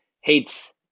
hates